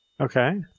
Okay